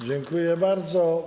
Dziękuję bardzo.